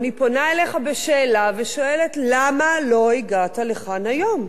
אני פונה אליך ושואלת: למה לא הגעת לכאן היום?